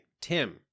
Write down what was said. Tim